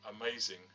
amazing